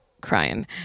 crying